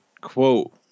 quote